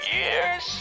years